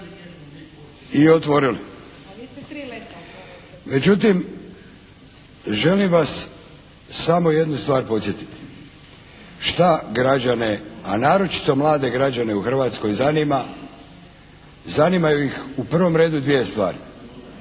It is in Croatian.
I otvorili. Međutim želim vas samo jednu stvar podsjetiti šta građane, a naročito mlade građane u Hrvatskoj zanima. Zanimaju ih u prvom redu dvije stvari.